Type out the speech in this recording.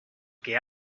que